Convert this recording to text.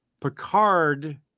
picard